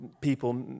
people